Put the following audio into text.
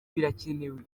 birakenewe